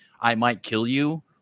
I-might-kill-you